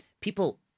people